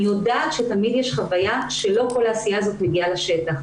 אני יודעת שתמיד יש חוויה שלא כל העשייה הזאת מגיעה לשטח.